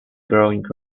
growing